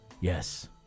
Yes